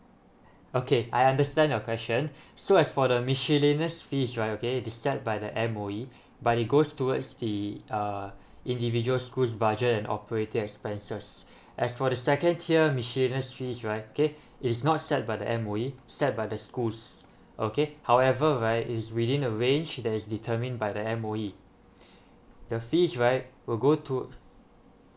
okay I understand your question so as for the miscellaneous fees right okay is set by the M_O_E but it goes towards the uh individual schools budget and operating expenses as for the second tier miscellaneous fees right okay it's not set by the M_O_E set by the schools okay however right is within the range that is determine by the M_O_E the fees right will go to